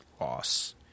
loss